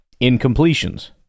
incompletions